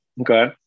okay